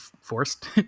forced